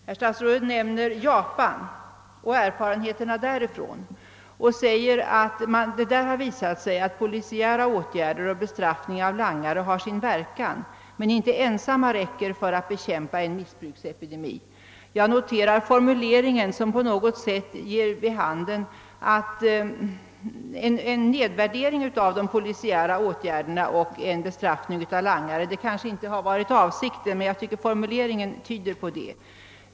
Herr statsrådet nämner Japan och erfarenheterna därifrån och säger att det där har visat sig att polisiära åtgärder och bestraffning av langare har sin verkan men att de inte ensamma räcker som medel att bekämpa en missbruksepidemi. Jag noterar formuleringen, som på något sätt ger vid handen en nedvärdering av de polisiära åtgärderna och en bestraffning av langare. — Detta kanske inte har varit avsikten, men jag tycker formuleringen kan tyda på det.